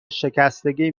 شکستگی